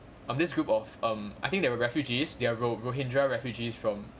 of this group of erm I think they were refugees they were rohingya refugees from